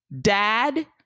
Dad